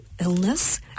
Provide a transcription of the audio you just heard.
illness